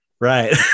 right